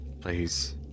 Please